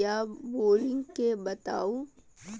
या बोरिंग के बताऊ?